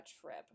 trip